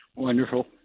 wonderful